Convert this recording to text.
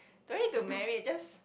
don't need to married just